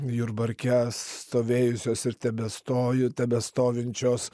jurbarke stovėjusios ir tebestoj tebestovinčios